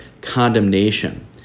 condemnation